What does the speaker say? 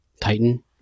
Titan